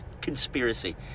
conspiracy